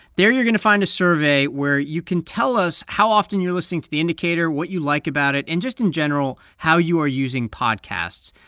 there, you're going to find a survey where you can tell us how often you're listening to the indicator, what you like about it and just, in general, how you are using podcasts.